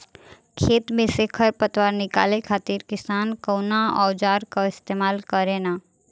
खेत में से खर पतवार निकाले खातिर किसान कउना औजार क इस्तेमाल करे न?